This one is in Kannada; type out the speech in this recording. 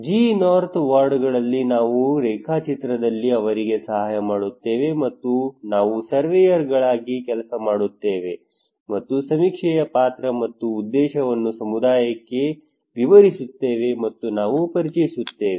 G North ವಾರ್ಡ್ಗಳಲ್ಲಿ ನಾವು ರೇಖಾಚಿತ್ರ ದಲ್ಲಿ ಅವರಿಗೆ ಸಹಾಯ ಮಾಡುತ್ತೇವೆ ಮತ್ತು ನಾವು ಸರ್ವೇಯರ್ ಗಳಾಗಿ ಕೆಲಸ ಮಾಡುತ್ತೇವೆ ಮತ್ತು ಸಮೀಕ್ಷೆಯ ಪಾತ್ರ ಮತ್ತು ಉದ್ದೇಶವನ್ನು ಸಮುದಾಯಕ್ಕೆ ವಿವರಿಸುತ್ತೇವೆ ಮತ್ತು ನಾವು ಪರಿಚಯಿಸುತ್ತೇವೆ